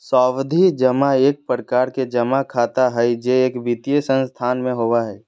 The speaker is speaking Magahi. सावधि जमा एक प्रकार के जमा खाता हय जे एक वित्तीय संस्थान में होबय हय